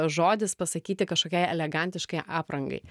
žodis pasakyti kažkokiai elegantiškai aprangai